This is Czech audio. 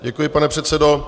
Děkuji, pane předsedo.